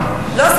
לא.